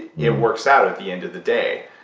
you know works out at the end of the day.